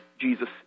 Jesus